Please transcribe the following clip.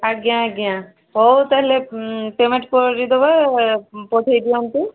ଆଜ୍ଞା ଆଜ୍ଞା ହେଉ ତାହେଲେ ପ୍ୟାମେଣ୍ଟ କରିଦେବା ପଠାଇ ଦିଅନ୍ତୁ